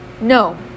No